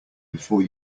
before